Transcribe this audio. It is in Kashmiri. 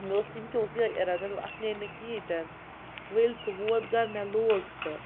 مےٚ اوس یِم کیٛاہ اوس یِہوٚے اِرادٕ مےٚ دوٚپ اَتھ نیرِنہٕ کِہیٖنۍ تہِ نہٕ وۄنۍ ییٚلہِ سُہ ووت گَرٕ مےٚ لوگ سُہ